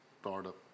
startup